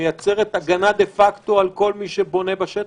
מייצרת הגנה דה-פקטו על כל מי שבונה בשטח?